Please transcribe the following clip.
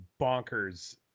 bonkers